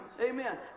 Amen